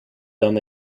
d’un